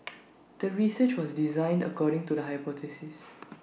the research was designed according to the hypothesis